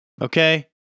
Okay